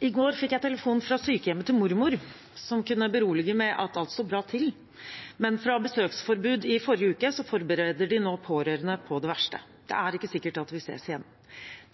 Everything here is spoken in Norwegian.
I går fikk jeg telefon fra sykehjemmet til mormor, som kunne berolige med at alt sto bra til, men fra besøksforbud i forrige uke forbereder de nå pårørende på det verste. Det er ikke sikkert at vi ses igjen.